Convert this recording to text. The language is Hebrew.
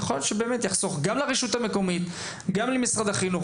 יכול להיות שזה באמת יחסוך גם לרשות המקומית וגם למשרד החינוך,